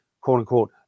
quote-unquote